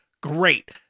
great